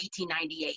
1898